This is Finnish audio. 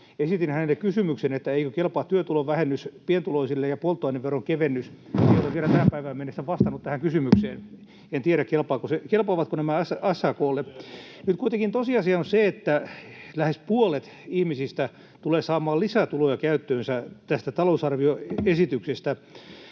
Esitin hänelle kysymyksen, eikö kelpaa työtulovähennys pienituloisille ja polttoaineveron kevennys. Hän ei ole vielä tähän päivään mennessä vastannut tähän kysymykseen. En tiedä, kelpaavatko nämä SAK:lle. Nyt kuitenkin tosiasia on se, että lähes puolet ihmisistä tulee saamaan lisätuloja käyttöönsä tästä talousarvioesityksestä.